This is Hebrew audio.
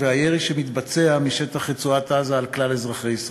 והירי שמתבצע משטח רצועת-עזה על כלל אזרחי ישראל.